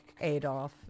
adolf